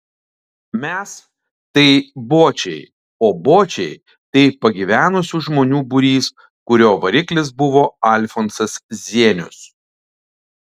mes tai bočiai o bočiai tai pagyvenusių žmonių būrys kurio variklis buvo alfonsas zienius